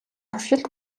туршилт